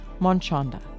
Monchanda